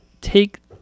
take